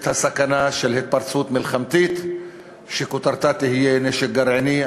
את הסכנה של התפרצות מלחמתית שכותרתה תהיה נשק גרעיני.